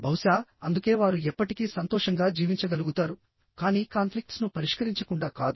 బహుశా అందుకే వారు ఎప్పటికీ సంతోషంగా జీవించగలుగుతారు కానీ కాన్ఫ్లిక్ట్స్ ను పరిష్కరించకుండా కాదు